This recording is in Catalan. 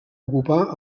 ocupà